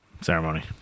Ceremony